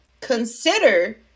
consider